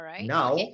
Now